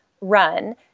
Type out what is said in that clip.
run